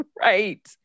Right